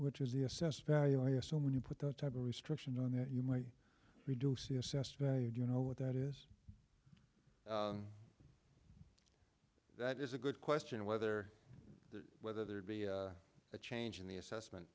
which is the assessed value i assume when you put the time restriction on that you might reduce the assessed value you know what that is that is a good question whether the whether there be a change in the assessment